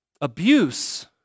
Abuse